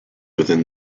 within